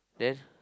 yes